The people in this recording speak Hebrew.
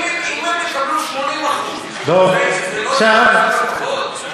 אם הם יקבלו 80%, זה לא יהיה להתפרנס בכבוד?